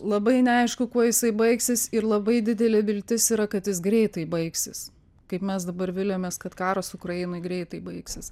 labai neaišku kuo jisai baigsis ir labai didelė viltis yra kad jis greitai baigsis kaip mes dabar viliamės kad karas ukrainoj greitai baigsis